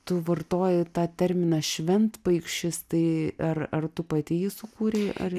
tu vartoji tą terminą šventpaikšis tai ar ar tu pati jį sukūrei ar